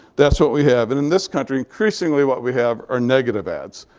that's what we have. and in this country, increasingly what we have are negative ads.